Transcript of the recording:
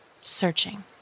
searching